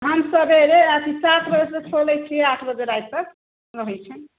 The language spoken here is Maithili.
हम सवेरे अथी सात बजेसँ खोलैत छियै आठ बजे राति तक रहैत छै